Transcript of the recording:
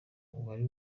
uwari